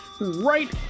Right